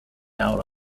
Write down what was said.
out